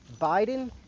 biden